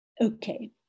Okay